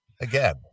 again